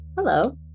Hello